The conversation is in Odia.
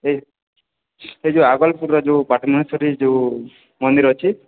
ଏଇ ଏଇ ଯୋଉ ଆଗଲପୁର୍ର ଯୋଉ ପାଟଣେଶ୍ୱରୀ ଯୋଉ ମନ୍ଦିର ଅଛି